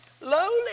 lowly